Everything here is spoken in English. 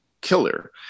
killer